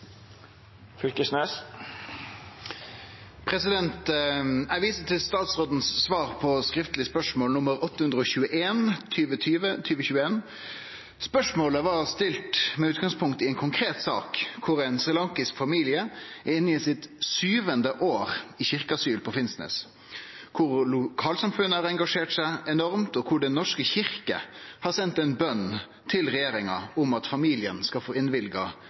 Spørsmålet var stilt med utgangspunkt i en konkret sak hvor en srilankisk familie er inne i sitt syvende år i kirkeasyl på Finnsnes, hvor lokalsamfunnet har engasjert seg enormt, og hvor Den norske kirke har sendt en bønn til regjeringen om at familien skal få